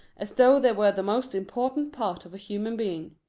as though they were the most important part of a human being.